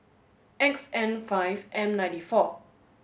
X N five M ninety four